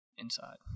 inside